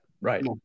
Right